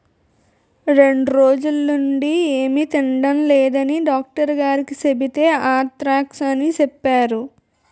రెండ్రోజులనుండీ ఏమి తినడం లేదని డాక్టరుగారికి సెబితే ఆంత్రాక్స్ అని సెప్పేరు